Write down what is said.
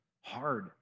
hard